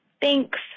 Thanks